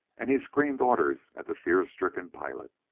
and he screamed orders at the fear-stricken pilot.